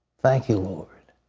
thank you, lord.